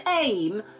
aim